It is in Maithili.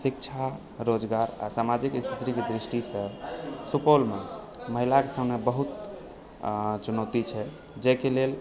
शिक्षा रोजगार आ सामाजिक स्थितिक दृष्टिसँ सुपौलमे महिलाके सामने बहुत चुनौती छै जाहिके लेल